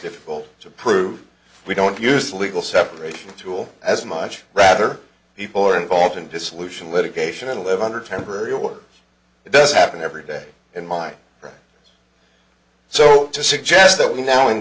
difficult to prove we don't use a legal separation tool as much rather people are involved in dissolution litigation and live under temporary work it does happen every day in mine so to suggest that we now in